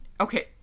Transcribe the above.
Okay